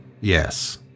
Yes